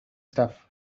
stuff